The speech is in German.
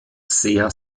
sehr